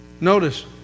Notice